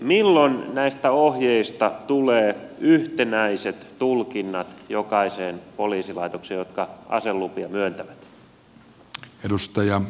milloin näistä ohjeista tulee yhtenäiset tulkinnat jokaiseen poliisilaitokseen jotka aselupia myöntävät